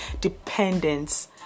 dependence